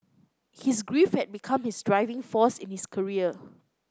his grief had become his driving force in his career